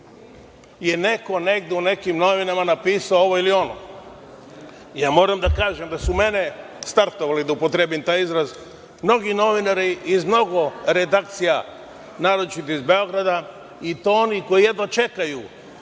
je neko negde u nekim novinama napisao ovo ili ono. Ja moram da kažem da su mene startovali da upotrebim taj izraz, mnogi novinari iz mnogo redakcija, naročito iz Beograda i to oni koji jedva čekaju